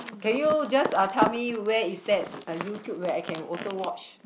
can you just uh tell me where is that uh YouTube where I can also watch